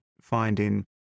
finding